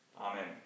Amen